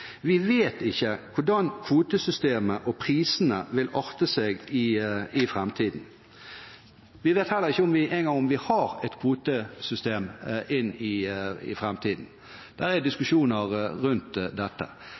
Vi vet ikke hvordan kvotesystemet og -prisene vil arte seg i framtiden. Vi vet ikke engang om vi har et kvotesystem inn i framtiden. Det er diskusjoner rundt dette.